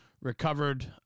recovered